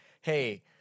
hey